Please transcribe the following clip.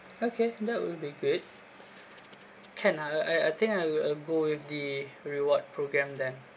okay that will be great can uh I I think I will go with the reward program then